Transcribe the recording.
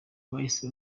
bahise